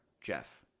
Jeff